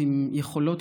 עם יכולות,